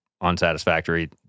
unsatisfactory